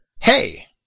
Hey